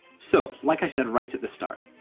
so, like i said right at the start,